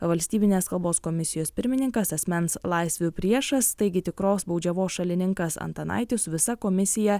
valstybinės kalbos komisijos pirmininkas asmens laisvių priešas taigi tikros baudžiavos šalininkas antanaitis su visa komisija